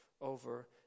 over